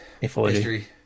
history